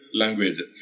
language